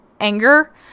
anger